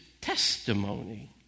testimony